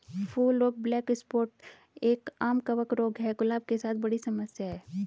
फूल रोग black spot एक, आम कवक रोग है, गुलाब के साथ बड़ी समस्या है